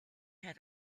had